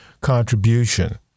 contribution